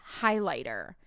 highlighter